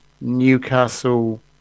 Newcastle